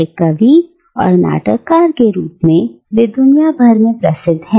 एक कवि और नाटककार के रूप में दुनिया भर में प्रसिद्ध हैं